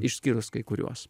išskyrus kai kuriuos